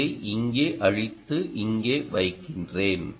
இதை இங்கே அழித்து இங்கே வைக்கிறேன்